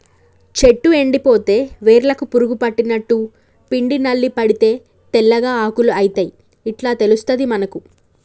చెట్టు ఎండిపోతే వేర్లకు పురుగు పట్టినట్టు, పిండి నల్లి పడితే తెల్లగా ఆకులు అయితయ్ ఇట్లా తెలుస్తది మనకు